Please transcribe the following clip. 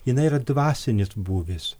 jinai yra dvasinis būvis